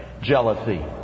jealousy